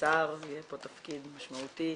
אוצר יהיה פה תפקיד משמעותי,